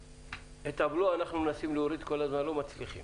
את הבלו אנחנו מנסים להוריד כל הזמן ולא מצליחים.